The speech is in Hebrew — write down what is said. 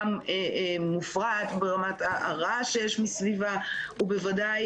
גם מופרעת ברמת הרעש שיש מסביבה ובוודאי